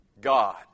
God